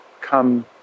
come